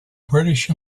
british